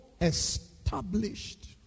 established